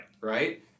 Right